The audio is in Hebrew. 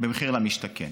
במחיר למשתכן.